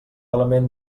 element